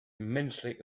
immensely